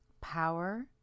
power